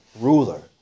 ruler